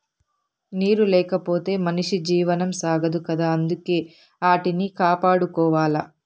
నీరు లేకపోతె మనిషి జీవనం సాగదు కదా అందుకే ఆటిని కాపాడుకోవాల